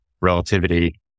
relativity